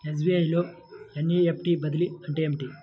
SBI లో NEFT బదిలీ అంటే ఏమిటి?